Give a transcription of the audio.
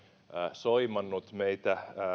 soimannut meitä